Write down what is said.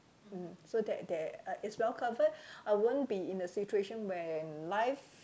mm so that there is well covered I won't be in a situation where life